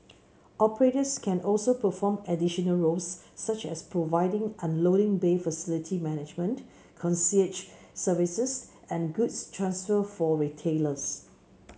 operators can also perform additional roles such as providing unloading bay facility management concierge services and goods transfer for retailers